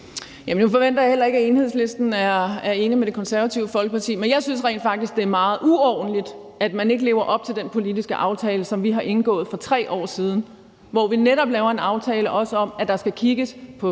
Jamen nu forventer jeg heller ikke, at Enhedslisten er enig med Det Konservative Folkeparti, men jeg synes rent faktisk, at det er meget uordentligt, at man ikke lever op til den politiske aftale, som vi har indgået for 3 år siden, hvor vi netop lavede en aftale om, at der også skulle kigges på